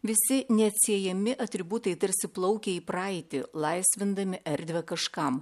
visi neatsiejami atributai tarsi plaukia į praeitį laisvindami erdvę kažkam